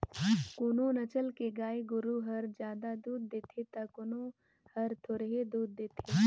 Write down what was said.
कोनो नसल के गाय गोरु हर जादा दूद देथे त कोनो हर थोरहें दूद देथे